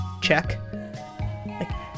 Check